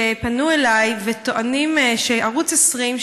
שפנו אלי וטענו שערוץ 20,